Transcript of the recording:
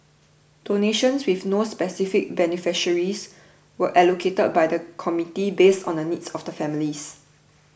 donations with no specific beneficiaries were allocated by the committee based on the needs of the families